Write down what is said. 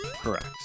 Correct